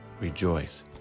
rejoice